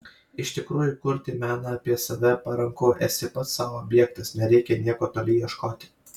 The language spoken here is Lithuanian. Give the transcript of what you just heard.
iš tikrųjų kurti meną apie save paranku esi pats sau objektas nereikia nieko toli ieškoti